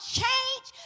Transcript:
change